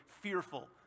fearful